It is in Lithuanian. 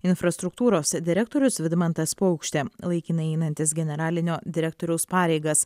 infrastruktūros direktorius vidmantas paukštė laikinai einantis generalinio direktoriaus pareigas